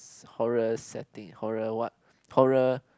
horror setting horror what horror